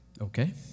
Okay